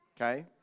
Okay